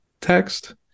text